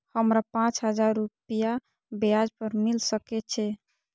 हमरा पाँच हजार रुपया ब्याज पर मिल सके छे?